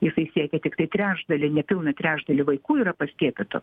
jisai siekia tiktai trečdalį nepilną trečdalį vaikų yra paskiepytų